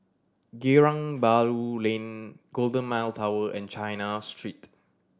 Geylang Bahru Lane Golden Mile Tower and China Street